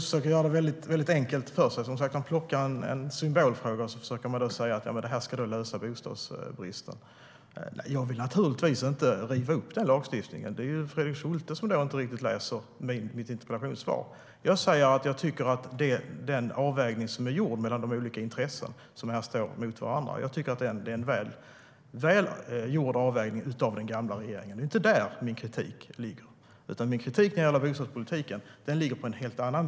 Herr talman! Fredrik Schulte gör det enkelt för sig. Han plockar upp en symbolfråga och försöker säga att det ska lösa bostadsbristen. Jag vill naturligtvis inte riva upp lagstiftningen. I så fall har Fredrik Schulte inte lyssnat på mitt interpellationssvar. Jag säger att jag tycker att den avvägning mellan de olika intressen som här står mot varandra är väl gjord. Den gjordes av den tidigare regeringen. Det är inte där min kritik ligger. Min kritik vad gäller bostadspolitiken ligger på en helt annan bog.